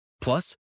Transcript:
Plus